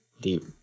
deep